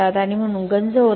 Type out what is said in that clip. आणि म्हणून गंज होत नाही